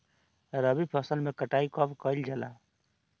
रबी फसल मे कटाई कब कइल जाला?